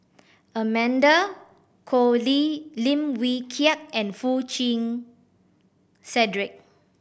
Amanda Koe Lee Lim Wee Kiak and Foo Chee Cedric